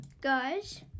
guys